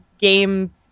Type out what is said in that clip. game